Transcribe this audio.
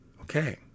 Okay